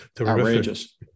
outrageous